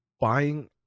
buying